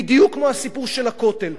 בדיוק כמו הסיפור של הכותל.